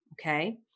okay